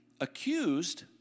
accused